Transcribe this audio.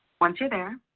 once you're there,